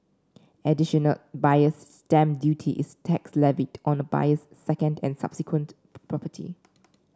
additional Buyer's Stamp Duty is tax levied on a buyer's second and subsequent property